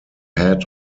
head